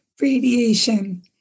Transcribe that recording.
radiation